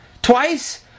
Twice